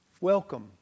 welcome